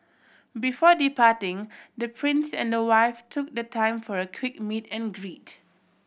before departing the Prince and her wife took the time for a quick meet and greet